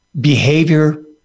Behavior